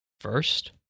First